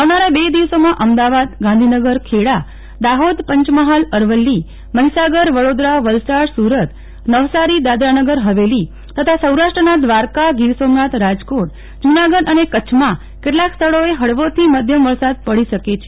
આવનારા બે દિવસોમાં અમદાવાદ ગાંધીનગર ખેડા દાહોદ પંચમહાલ અરવલ્લી મહિસાગર વડોદરા વલસાડ સુરત નવસારી દાદરા નગર હવેલી તથા સૌરાષ્ટ્રના દ્વારકા ગીર સોમનાથ રાજકોટ અમરેલી જૂનાગઢ અને કચ્છમાં કેટલાંક સ્થળોએ હળવોથી મધ્યમ વરસાદ પડી શકે છે